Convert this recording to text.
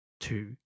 two